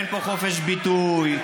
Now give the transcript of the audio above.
ואין פה חופש ביטוי.